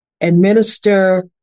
administer